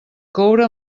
coure